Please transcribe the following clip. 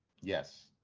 Yes